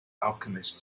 alchemist